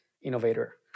innovator